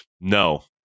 no